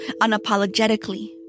unapologetically